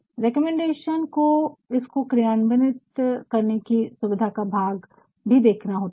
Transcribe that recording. recommendation को इसको क्रियान्वित करने की सुविधा का भाग भी देखना होता है